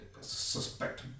suspect